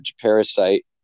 parasite